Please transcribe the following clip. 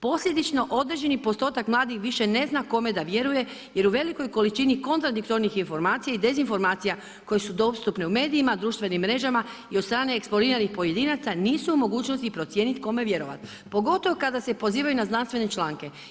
Posljedično određeni postotak mladih više ne zna kome da vjeruje jer u velikoj količini kontradiktornih informacija i dezinformacija koje su dostupne u medijima, društvenim mrežama i od strane eksponiranih pojedinaca, nisu u mogućnosti procijeniti kome vjerovati, pogotovo kada se pozivaju na znanstvene članke.